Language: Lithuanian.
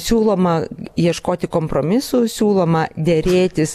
siūloma ieškoti kompromisų siūloma derėtis